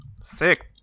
Sick